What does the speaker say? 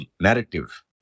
narrative